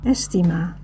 Estima